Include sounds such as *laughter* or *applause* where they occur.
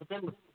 *unintelligible*